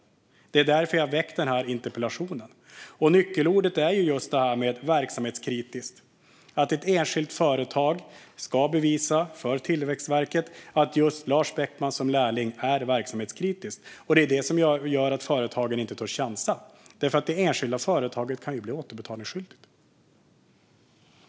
Det är därför jag har väckt denna interpellation. Nyckelordet är just "verksamhetskritisk". Ett enskilt företag ska bevisa för Tillväxtverket att just Lars Beckman som lärling är verksamhetskritisk. Det är detta som gör att företagen inte törs chansa, för det enskilda företaget kan bli återbetalningsskyldigt.